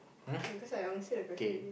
cause I answer the question already